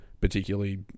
particularly